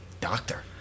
Doctor